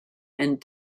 and